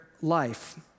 life